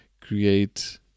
create